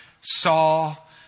Saul